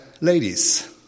ladies